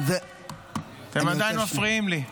אתם עדיין מפריעים לי.